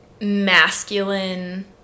masculine